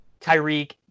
Tyreek